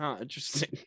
interesting